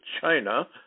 China